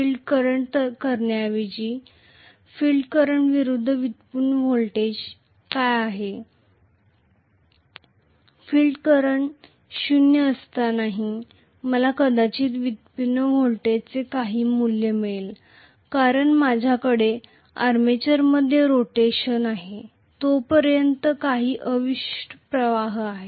field current विरुध्द व्युत्पन्न voltage काय आहे फील्ड करंट शून्य असतानाही मला कदाचित व्युत्पन्न व्होल्टेजचे काही मूल्य मिळेल कारण माझ्याकडे आर्मेचरमध्ये रोटेशन आहे तोपर्यंत काही अवशिष्ट प्रवाह आहे